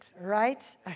right